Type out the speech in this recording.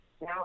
Now